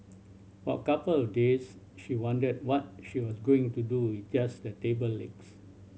for a couple of days she wondered what she was going to do with just the table legs